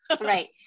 right